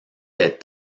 des